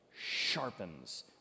sharpens